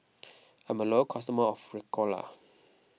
I'm a loyal customer of Ricola